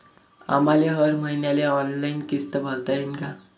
आम्हाले हर मईन्याले ऑनलाईन किस्त भरता येईन का?